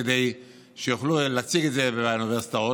כדי שיוכלו להציג את זה באוניברסיטאות.